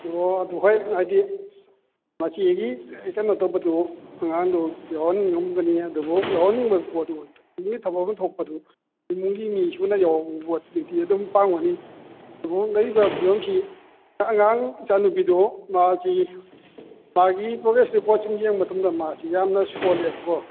ꯑꯣ ꯑꯗꯨ ꯍꯣꯏ ꯍꯥꯏꯗꯤ ꯉꯁꯤ ꯑꯩꯒꯤ ꯀꯩꯅꯣ ꯇꯧꯕꯗꯨ ꯑꯉꯥꯡꯗꯨ ꯌꯥꯎꯍꯟꯅꯤꯡꯉꯝꯒꯅꯤ ꯑꯗꯨꯕꯨ ꯌꯥꯎꯍꯟꯅꯤꯡꯕ ꯄꯣꯠꯇꯨ ꯌꯨꯝꯒꯤ ꯊꯕꯛ ꯑꯃ ꯊꯣꯛꯄꯗꯨ ꯏꯃꯨꯡꯒꯤ ꯃꯤ ꯁꯨꯅ ꯌꯥꯎꯕꯗꯨꯗꯤ ꯑꯗꯨꯝ ꯄꯥꯝꯒꯅꯤ ꯑꯗꯨꯕꯨ ꯂꯩꯔꯤꯕ ꯐꯤꯕꯝꯁꯤ ꯑꯉꯥꯡ ꯏꯆꯥꯅꯨꯄꯤꯗꯨ ꯃꯥꯁꯤ ꯃꯥꯒꯤ ꯄ꯭ꯔꯣꯒ꯭ꯔꯦꯁ ꯔꯤꯄꯣꯔꯠ ꯁꯨꯝ ꯌꯦꯡꯕ ꯃꯇꯝꯗ ꯃꯥꯁꯤ ꯌꯥꯝꯅ ꯁꯣꯜꯂꯦꯕꯀꯣ